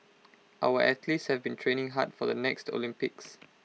our athletes have been training hard for the next Olympics